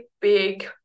big